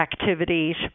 activities